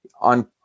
On